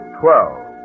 twelve